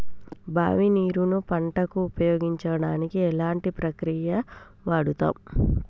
బావి నీరు ను పంట కు ఉపయోగించడానికి ఎలాంటి ప్రక్రియ వాడుతం?